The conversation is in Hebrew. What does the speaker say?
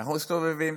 אנחנו מסתובבים